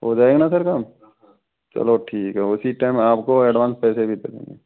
हो जाएगा ना सर काम चलो ठीक है उसी टाइम आपको एडवांस पैसे भी दे देंगे